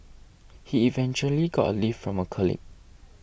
he eventually got a lift from a colleague